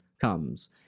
comes